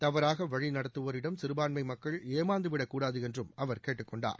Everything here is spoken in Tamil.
தவறாக வழி நடத்தவோரிடம் சிறபான்மை மக்கள் ஏமாந்துவிடக் கூடாது என்றும் அவர் கேட்டுக்கொண்டார்